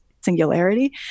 singularity